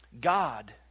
God